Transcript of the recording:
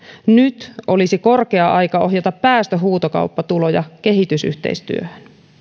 nyt olisi korkea aika ohjata päästöhuutokauppatuloja kehitysyhteistyöhön